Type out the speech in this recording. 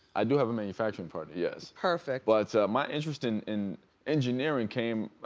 i do have a manufacturing partner yes. perfect. but my interest in in engineering came,